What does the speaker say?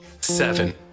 seven